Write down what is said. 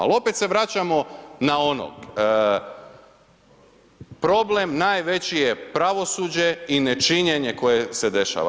Ali opet se vraćamo na ono problem najveći je pravosuđe i nečinjenje koje se dešava.